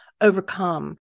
overcome